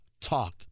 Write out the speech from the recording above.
talk